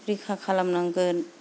रैखा खालामनांगोन